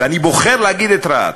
ואני בוחר להגיד את רהט,